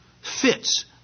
fits